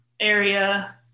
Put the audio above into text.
area